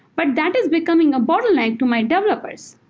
but that is becoming a bottleneck to my developers.